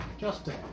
Justin